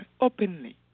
openly